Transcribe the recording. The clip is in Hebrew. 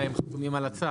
חתומים על הצו?